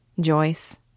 Joyce